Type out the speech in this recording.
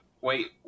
wait